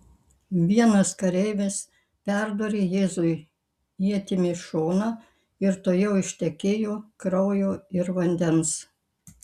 vienas kareivis perdūrė jėzui ietimi šoną ir tuojau ištekėjo kraujo ir vandens